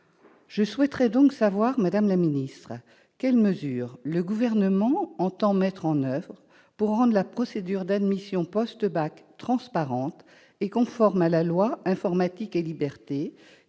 Je souhaite donc savoir, madame la ministre, quelles mesures le Gouvernement entend mettre en oeuvre pour rendre la procédure d'admission post-bac transparente et conforme à la loi Informatique et libertés,